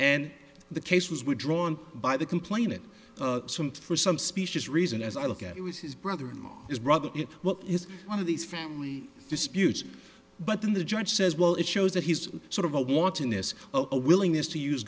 and the case was withdrawn by the complainant some for some species reason as i look at it was his brother and his brother it is one of these family disputes but then the judge says well it shows that he's sort of a watching this a willingness to use